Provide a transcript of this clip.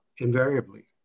invariably